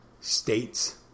states